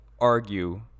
argue